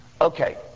Okay